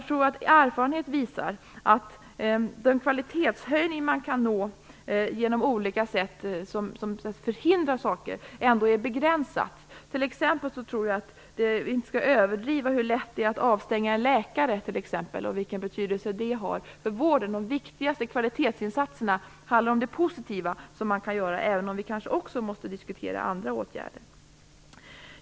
Erfarenhet visar att den kvalitetshöjning man kan nå genom att på olika sätt förhindra saker är begränsad. T.ex. tror jag att vi inte skall överdriva hur lätt det är att avstänga en läkare och vilken betydelse en sådan åtgärd har för vården. De viktigaste kvalitetsinsatserna handlar om det positiva som man kan göra, även om vi kanske också måste diskutera andra åtgärder.